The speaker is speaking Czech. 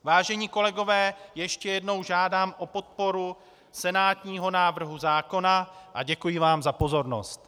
Vážení kolegové, ještě jednou žádám o podporu senátního návrhu zákona a děkuji vám za pozornost.